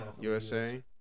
USA